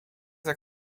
jak